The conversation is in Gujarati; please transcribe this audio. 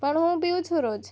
પણ હું પીવું છું રોજ